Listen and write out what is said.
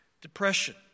depression